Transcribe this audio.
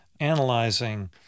analyzing